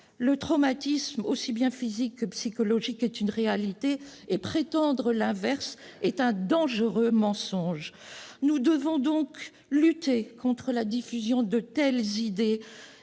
Le traumatisme, aussi bien physique que psychologique, est une réalité ; prétendre l'inverse serait un dangereux mensonge. Nous devons lutter contre la diffusion de telles idées,